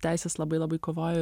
teises labai labai kovojo